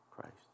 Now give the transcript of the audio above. Christ